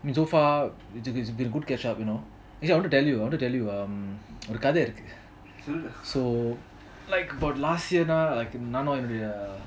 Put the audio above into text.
I mean so far it's it's been a good catch up you know actually I wanted to tell you I wanted to tell you um ஒரு கத இருக்கு:oru kadha iruku like for last year lah நானும் என்னோடியா:naanum ennodiya